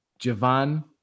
Javon